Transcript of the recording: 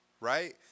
right